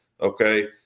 okay